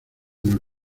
nos